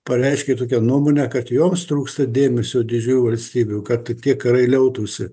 pareiškė tokią nuomonę kad joms trūksta dėmesio didžiųjų valstybių kad tie karai liautųsi